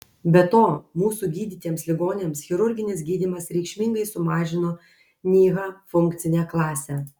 be to mūsų gydytiems ligoniams chirurginis gydymas reikšmingai sumažino nyha funkcinę klasę